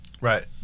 Right